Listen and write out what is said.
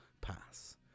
pass